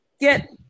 get